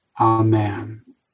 amen